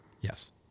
Yes